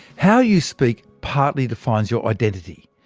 how you speak partly defines your identity,